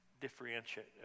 differentiate